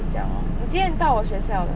就这样 lor 你几点到我学校的